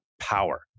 power